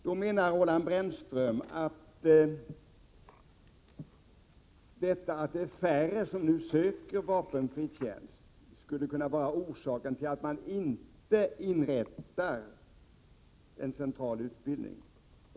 Då menar nämligen Roland Brännström att det faktum att det är färre som nu söker vapenfri tjänst skulle kunna vara orsaken till att man inte inrättar en central utbildning.